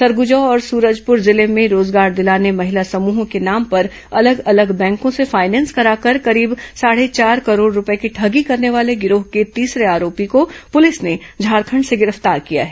सरगुजा और सूरजपुर जिले में रोजगार दिलाने महिला समूहों के नाम पर अलग अलग बैंकों से फाइनेंस कराकर करीब साढ़े चार करोड़ रूपये की ठगी करने वाले गिरोह के तीसरे आरोपी को पुलिस ने झारखंड से गिरफ्तार किया है